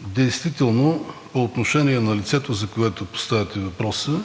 действително по отношение на лицето, за което поставяте въпроса,